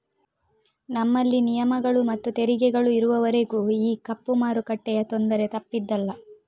ನಮ್ಮಲ್ಲಿ ನಿಯಮಗಳು ಮತ್ತು ತೆರಿಗೆಗಳು ಇರುವವರೆಗೂ ಈ ಕಪ್ಪು ಮಾರುಕಟ್ಟೆಯ ತೊಂದರೆ ತಪ್ಪಿದ್ದಲ್ಲ